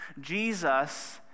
Jesus